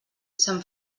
sant